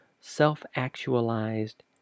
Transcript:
self-actualized